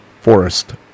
Forest